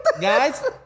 Guys